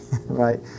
right